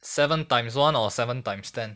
seven times one or seven times ten